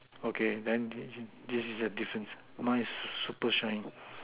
okay then this is this is the difference mine is super shine